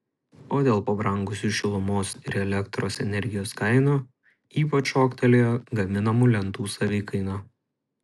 o dėl pabrangusių šilumos ir elektros energijos kainų ypač šoktelėjo gaminamų lentų savikaina